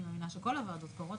אני מאמינה שכל הוועדות קוראות,